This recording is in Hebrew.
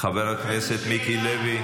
חבר הכנסת מיקי לוי.